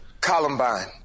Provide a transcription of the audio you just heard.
Columbine